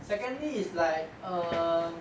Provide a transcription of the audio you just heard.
secondly is like err